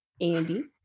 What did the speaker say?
Andy